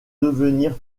devenir